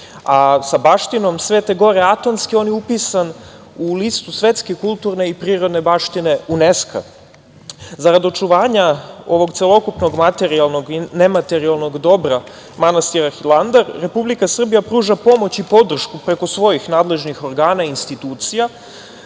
a sa baštinom Svete Gore Atonske on je upisan u listu Svetske kulturne i prirodne baštine UNESKO.Zarad očuvanja ovog celokupnog materijalnog i nematerijalnog dobra manastira Hilandar, Republika Srbija pruža pomoć i podršku preko svojih nadležnih organa i institucija